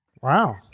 Wow